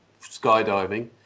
skydiving